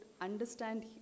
understand